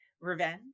revenge